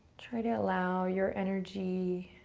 try to allow your energy